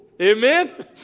Amen